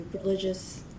religious